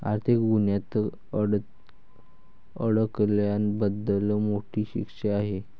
आर्थिक गुन्ह्यात अडकल्याबद्दल मोठी शिक्षा आहे